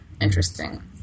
interesting